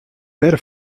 per